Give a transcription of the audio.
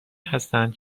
هستند